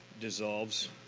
dissolves